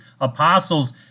apostles